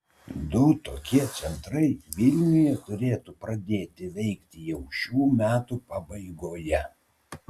du tokie centrai vilniuje turėtų pradėti veikti jau šių metų pabaigoje